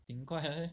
挺快的 leh